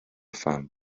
pham